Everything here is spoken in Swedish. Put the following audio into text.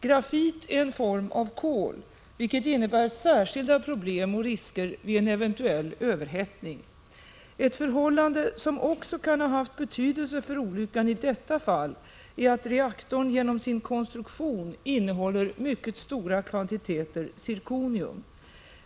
Grafit är en form av kol, vilket innebär särskilda problem och risker vid en eventuell överhettning. Ett förhållande som också kan ha haft betydelse för olyckan i detta fall är att reaktorn genom sin konstruktion innehåller mycket stora kvantiteter zirkonium.